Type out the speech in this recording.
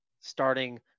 starting